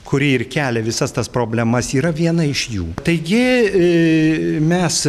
kuri ir kelia visas tas problemas yra viena iš jų taigi mes